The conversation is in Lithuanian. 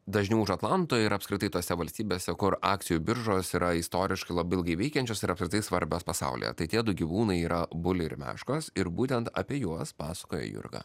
dažniau už atlanto ir apskritai tose valstybėse kur akcijų biržos yra istoriškai labai ilgai veikiančios ir apskritai svarbios pasaulyje tai tie du gyvūnai yra buliai ir meškos ir būtent apie juos pasakoja jurga